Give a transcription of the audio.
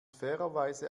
fairerweise